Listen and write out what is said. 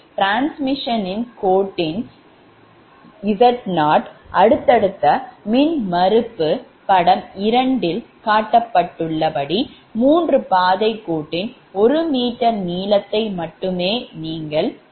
transmission கோட்டின் Z0 அடுத்தடுத்த மின்மறுப்பு படம் 2 இல் காட்டப்பட்டுள்ளபடி மூன்று பாதைக் கோட்டின் ஒரு மீட்டர் நீளத்தை மட்டுமே நீங்கள் கருதுவீர்கள்